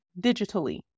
digitally